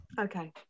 Okay